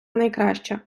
найкраще